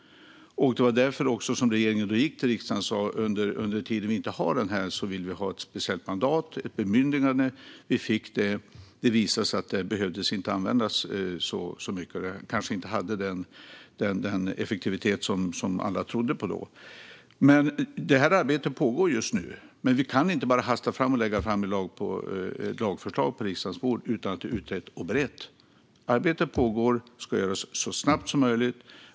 Det var därför regeringen bad riksdagen om ett särskilt mandat, ett bemyndigande, under tiden utan pandemilag. Vi fick det, men sedan visade det sig att vi inte behövde använda det så mycket. Kanske var det inte så effektivt som alla först trodde. Vi kan inte hasta fram ett lagförslag att lägga på riksdagens bord innan det är utrett och berett, men arbetet pågår och ska göras så snabbt som möjligt.